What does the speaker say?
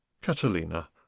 Catalina